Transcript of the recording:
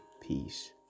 peace